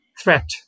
threat